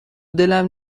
دلم